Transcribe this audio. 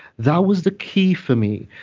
that was the key for me.